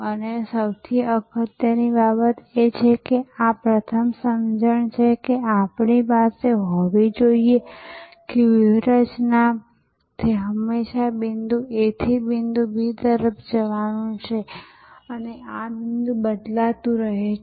અને સૌથી અગત્યની બાબત એ છે કે આ પ્રથમ સમજણ છે કે આપણી પાસે હોવી જોઈએ કે વ્યૂહરચનામાં તે હંમેશા બિંદુ A થી બિંદુ B તરફ જવાનું છે અને આ બિંદુ બદલાતું રહે છે